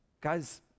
Guys